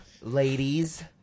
ladies